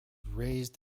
raised